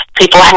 people